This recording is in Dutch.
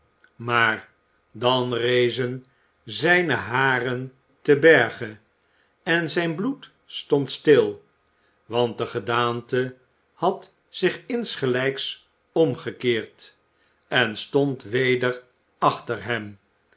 maar dan rezen zijne haren te berge en zijn bloed stond stil want de gedaante had zich insgelijks omgekeerd en stond weder achter hem